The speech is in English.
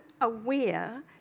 aware